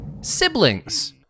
siblings